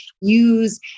use